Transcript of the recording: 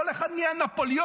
כל אחד נהיה נפוליאון,